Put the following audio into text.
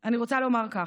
אני רוצה לומר ככה: